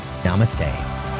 namaste